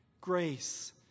Grace